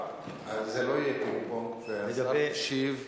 זה לא יהיה פינג-פונג.